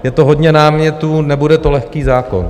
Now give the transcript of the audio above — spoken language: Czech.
Je to hodně námětů, nebude to lehký zákon.